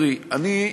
אני,